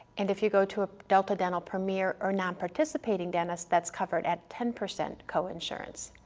and if you go to a delta dental premier or nonparticipating dentist that's covered at ten percent coinsurance.